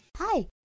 Hi